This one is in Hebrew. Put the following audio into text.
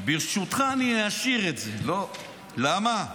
ברשותך אני אשאיר את זה, למה?